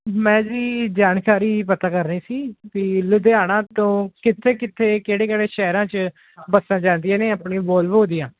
ਮੈਂ ਜੀ ਜਾਣਕਾਰੀ ਪਤਾ ਕਰਨੀ ਸੀ ਕੀ ਲੁਧਿਆਣਾ ਤੋਂ ਕਿੱਥੇ ਕਿੱਥੇ ਕਿਹੜੇ ਕਿਹੜੇ ਸ਼ਹਿਰਾਂ 'ਚ ਬੱਸਾਂ ਜਾਂਦੀਆਂ ਨੇ ਆਪਣੀ ਵੋਲਵੋ ਦੀਆਂ